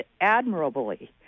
admirably